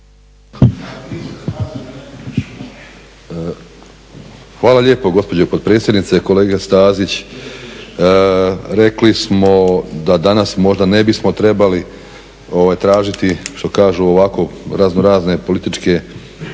Hvala lijepa gospođo potpredsjednice. Kolega Stazić rekli smo da danas možda ne bismo trebali tražiti što kažu ovako raznorazne političke